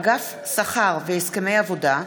אגף שכר והסכמי עבודה,